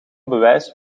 bewijs